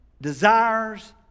desires